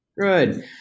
Good